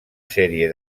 sèrie